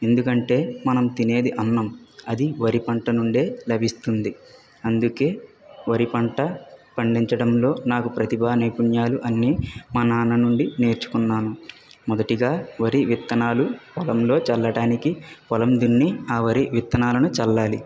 ఎందుకంటే మనం తినేది అన్నం అది వరి పంట నుండే లభిస్తుంది అందుకే వరి పంట పండించడంలో నాకు ప్రతిభ అనే పుణ్యాలు అన్నీ మా నాన్న నుండి నేర్చుకున్నాను మొదటిగా వరి విత్తనాలు పొలంలో చల్లడానికి పొలం దున్ని ఆ వరి విత్తనాలను చల్లాలి